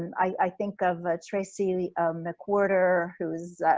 i think of ah tracye mcquirter, who's